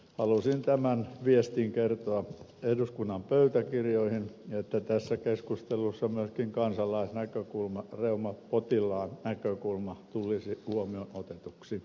halusin tämän viestin kertoa eduskunnan pöytäkirjoihin että tässä keskustelussa myöskin kansalaisnäkökulma reumapotilaan näkökulma tulisi huomioon otetuksi